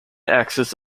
axis